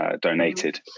donated